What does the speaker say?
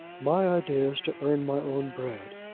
my idea is to earn my own bread.